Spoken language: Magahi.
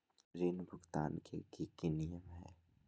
ऋण भुगतान के की की नियम है?